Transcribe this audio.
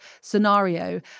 scenario